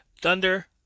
Thunder